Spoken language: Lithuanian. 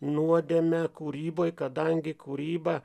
nuodėmę kūryboj kadangi kūryba